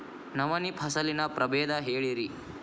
ನವಣಿ ಫಸಲಿನ ಪ್ರಭೇದ ಹೇಳಿರಿ